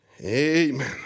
Amen